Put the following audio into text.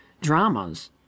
dramas